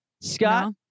Scott